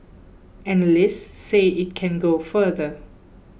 analysts say it can go further